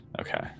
Okay